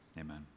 amen